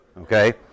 okay